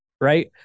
right